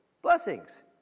blessings